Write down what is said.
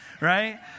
right